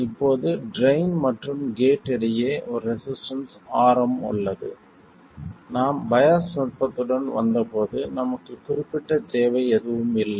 இப்போது ட்ரைன் மற்றும் கேட் இடையே ஒரு ரெசிஸ்டன்ஸ் Rm உள்ளது நாம் பையாஸ் நுட்பத்துடன் வந்தபோது நமக்கு குறிப்பிட்ட தேவை எதுவும் இல்லை